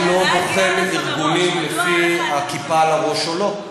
אני לא בוחר ארגונים לפי הכיפה על הראש או לא.